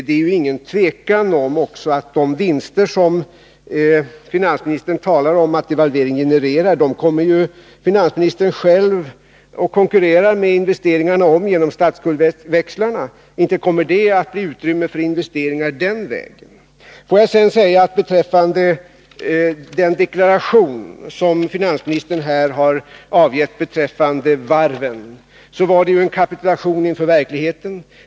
När det gäller de vinster som devalveringen genererar, enligt vad finansministern talar om, så är det inget tvivel om att finansministern själv konkurrerar med investeringarna genom statsskuldväxlarna. Inte kommer det att bli utrymme för investeringar den vägen. Den deklaration som finansministern här har avgett beträffande varven var ju en kapitulation inför verkligheten.